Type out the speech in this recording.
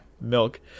Milk